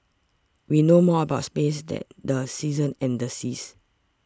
we know more about space than the seasons and the seas